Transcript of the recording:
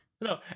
No